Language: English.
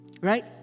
Right